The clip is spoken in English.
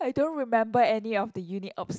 I don't remember any of the uni ops